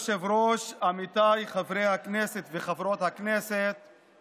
אלה שעות יקרות שבהן מתבזבז הזמן ואובדת האפשרות לתרומה.